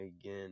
again